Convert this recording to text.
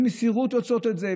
במסירות עושות את זה,